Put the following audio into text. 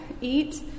eat